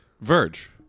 Verge